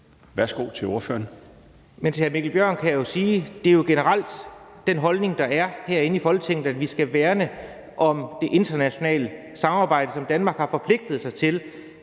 Kronborg (S): Til hr. Mikkel Bjørn kan jeg sige: Det er jo generelt den holdning, der er herinde i Folketinget, at vi skal værne om det internationale samarbejde, som Danmark har forpligtet sig til,